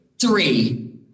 Three